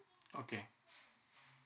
okay